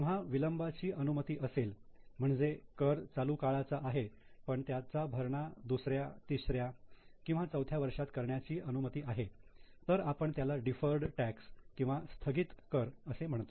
जेव्हा विलंबाची अनुमती असेल म्हणजे कर चालू काळाचा आहे पण त्याचा भरणा दुसऱ्या तिसऱ्या किंवा चौथ्या वर्षात करण्याची अनुमती आहे तर आपण त्याला डिफर्ड टॅक्स किंवा स्थगित कर असे म्हणतो